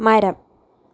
മരം